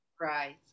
Right